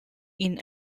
inn